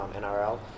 nrl